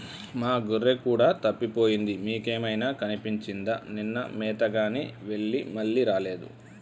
మా గొర్రె కూడా తప్పిపోయింది మీకేమైనా కనిపించిందా నిన్న మేతగాని వెళ్లి మళ్లీ రాలేదు